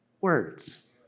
words